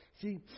See